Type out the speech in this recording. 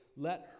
Let